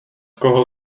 koho